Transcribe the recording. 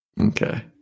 Okay